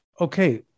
Okay